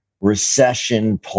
recession